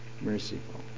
merciful